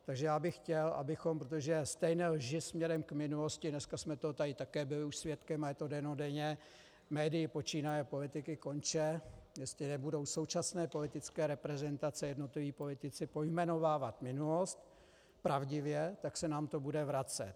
Takže já bych chtěl, abychom, protože stejné lži směrem k minulosti, dneska jsme toho tady taky už byli svědky a je to dennodenně, médii počínaje, politiky konče, jestli nebudou současné politické reprezentace, jednotliví politici pojmenovávat minulost pravdivě, tak se nám to bude vracet.